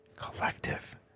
Collective